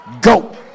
go